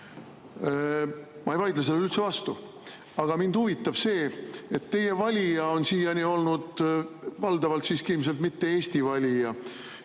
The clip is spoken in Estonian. Ma ei vaidle sellele üldse vastu. Aga mind huvitab see. Teie valija on siiani olnud valdavalt siiski ilmselt mitte eesti valija.